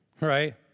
right